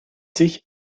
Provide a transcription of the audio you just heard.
sich